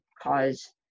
cause